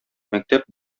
мәктәп